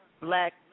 black